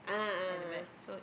a'ah a'ah